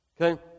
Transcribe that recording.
okay